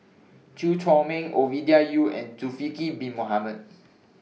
Chew Chor Meng Ovidia Yu and Zulkifli Bin Mohamed